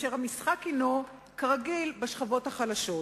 כאשר המשחק, כרגיל, בשכבות החלשות.